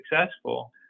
successful